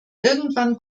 irgendwann